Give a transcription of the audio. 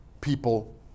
people